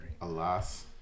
Alas